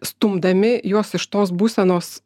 stumdami juos iš tos būsenos